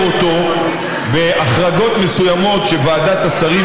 לעבוד במהלך כל הפגרה ולהביא את הצעת